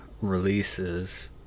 releases